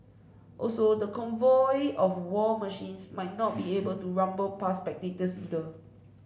also the convoy of war machines might not be able to rumble past spectators either